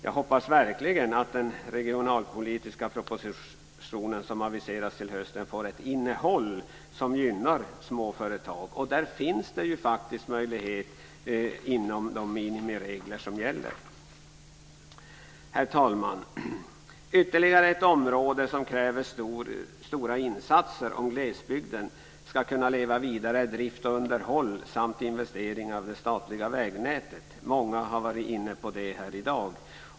Jag hoppas verkligen att den regionalpolitiska propositionen som aviseras till hösten får ett innehåll som gynnar småföretag. Det finns ju faktiskt möjligheter inom de minimiregler som gäller. Herr talman! Ytterligare ett område som kräver stora insatser om glesbygden ska kunna leva vidare är drift och underhåll av det statliga vägnätet samt investeringar i detta. Många har varit inne på det här i dag.